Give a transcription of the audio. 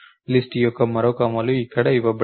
list యొక్క మరొక అమలు ఇక్కడ ఇవ్వబడింది